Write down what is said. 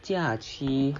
假期